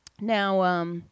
Now